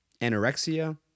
anorexia